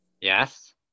Yes